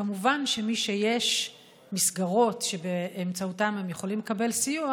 כמובן ששיש מסגרות שבאמצעותן הם יכולים לקבל סיוע,